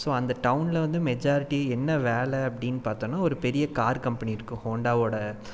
so அந்த டவுன்ல வந்து மெஜாரிட்டி என்ன வேலை அப்படின்னு பார்த்தோன்னா ஒரு பெரிய கார் கம்பெனி இருக்குது ஹோண்டாவோட